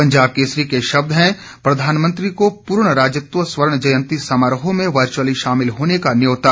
पंजाब केसरी के शब्द हैं प्रधानमंत्री को पूर्ण राज्यत्व स्वर्ण जयंती समारोह में वर्चुअली शामिल होने का न्यौता